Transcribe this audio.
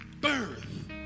birth